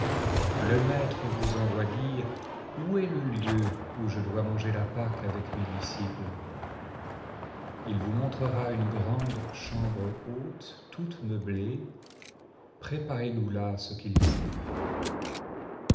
le maître vous envoie dire où est le lieu où je dois manger la pâque avec mes disciples il vous montrera une grande chambre haute toute meublée préparez nous là ce qu il faut